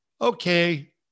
Okay